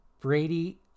Brady